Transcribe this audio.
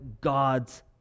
God's